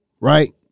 right